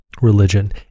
religion